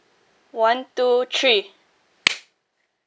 one two three